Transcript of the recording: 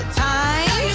time